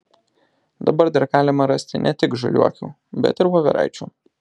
dabar dar galima rasti ne tik žaliuokių bet ir voveraičių